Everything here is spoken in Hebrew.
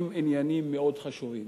הם עניינים מאוד חשובים,